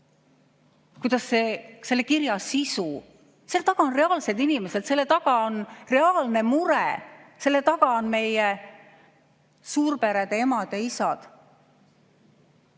hämmastav, selle kirja sisu – seal taga on reaalsed inimesed, selle taga on reaalne mure, selle taga on meie suurperede emad ja isad,